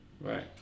Right